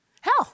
hell